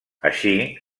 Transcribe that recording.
així